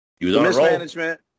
Mismanagement